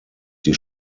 die